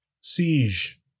siege